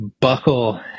buckle